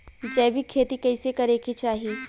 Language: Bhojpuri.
जैविक खेती कइसे करे के चाही?